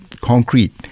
concrete